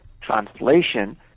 translation